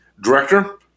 director